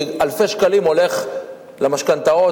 כי אלפי שקלים הולכים למשכנתאות,